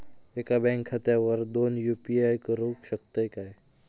एका बँक खात्यावर दोन यू.पी.आय करुक शकतय काय?